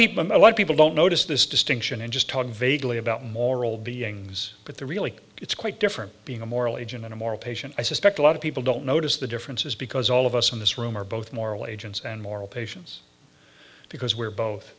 people a lot of people don't notice this distinction and just talk vaguely about moral beings but the really it's quite different being a moral agent on a moral patient i suspect a lot of people don't notice the differences because all of us in this room are both moral agents and moral patients because we're both